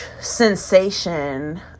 sensation